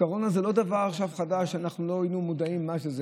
קורונה זה לא דבר חדש שאנחנו לא היינו מודעים לו.